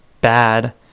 bad